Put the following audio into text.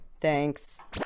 Thanks